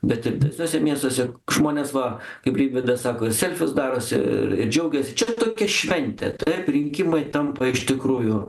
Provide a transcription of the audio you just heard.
bet ir kituose miestuose žmonės va kaip rimvydas sako selfius darosi džiaugiasi čia yra tokia šventė taip rinkimai tampa iš tikrųjų